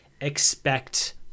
expect